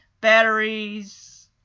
batteries